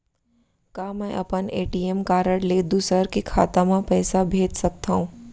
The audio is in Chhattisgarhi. का मैं अपन ए.टी.एम कारड ले दूसर के खाता म पइसा भेज सकथव?